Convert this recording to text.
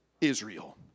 Israel